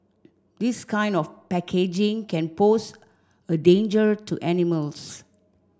this kind of packaging can pose a danger to animals